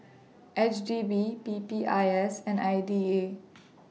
H D B P P I S and I D A